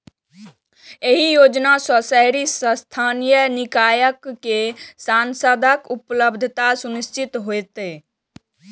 एहि योजना सं शहरी स्थानीय निकाय कें संसाधनक उपलब्धता सुनिश्चित हेतै